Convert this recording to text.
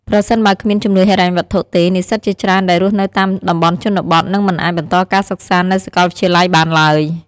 ប្រសិនបើគ្មានជំនួយហិរញ្ញវត្ថុទេ និស្សិតជាច្រើនដែលរស់នៅតាមតំបន់ជនបទនឹងមិនអាចបន្តការសិក្សានៅសាកលវិទ្យាល័យបានឡើយ។